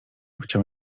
chciał